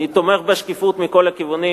אני תומך בשקיפות מכל הכיוונים,